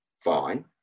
fine